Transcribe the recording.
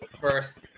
first